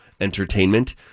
entertainment